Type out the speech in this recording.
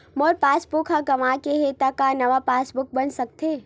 मोर passbook ह गंवा गे हे त का नवा पास बुक बन सकथे?